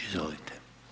Izvolite.